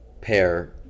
pair